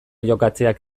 jokatzeak